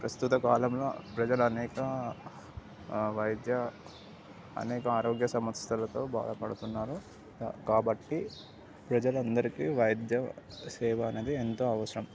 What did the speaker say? ప్రస్తుత కాలంలో ప్రజలు అనేక వైద్య అనేక ఆరోగ్య సమస్యలుతో బాధపడుతున్నారు కాబట్టి ప్రజలందరికీ వైద్య సేవ అనేది ఎంతో అవసరం